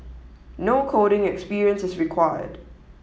no coding experience is required